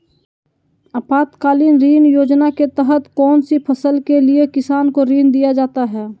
आपातकालीन ऋण योजना के तहत कौन सी फसल के लिए किसान को ऋण दीया जाता है?